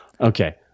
Okay